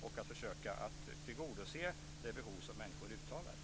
Man bör försöka tillgodose det behov som människor uttalar.